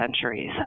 centuries